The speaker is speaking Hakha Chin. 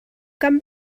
kan